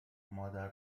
مادر